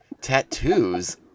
tattoos